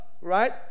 right